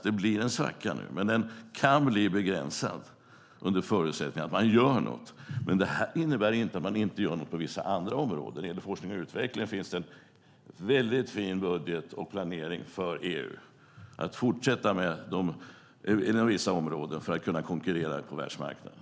Det blir en svacka, men den kan bli begränsad under förutsättning att man gör något. Detta innebär dock inte att man inte gör något på andra områden. När det gäller forskning och utveckling finns det en fin budget och planering för EU att fortsätta inom vissa områden för att kunna konkurrera på världsmarknaden.